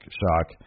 shock